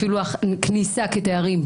אפילו הכניסה כתיירים,